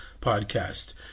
podcast